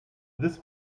this